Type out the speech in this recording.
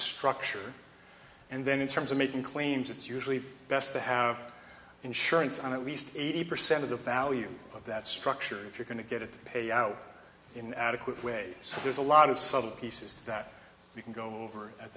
structure and then in terms of making claims it's usually best to have insurance on at least eighty percent of the value of that structure if you're going to get it to pay out in an adequate way so there's a lot of subtle pieces that you can go over